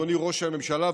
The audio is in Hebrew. אדוני ראש הממשלה,